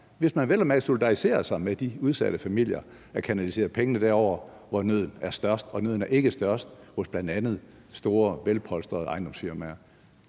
hvis man vel at mærke solidariserer sig med de udsatte familier, at kanalisere pengene derover, hvor nøden er størst, og nøden er ikke størst hos bl.a. store, velpolstrede ejendomsfirmaer.